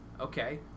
okay